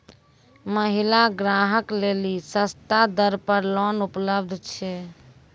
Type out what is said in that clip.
महिला ग्राहक लेली सस्ता दर पर लोन उपलब्ध छै?